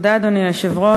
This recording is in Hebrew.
אדוני היושב-ראש,